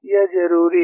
यह जरूरी है